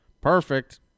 Perfect